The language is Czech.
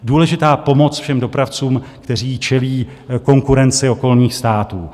Důležitá pomoc všem dopravcům, kteří čelí konkurenci okolních států.